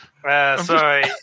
Sorry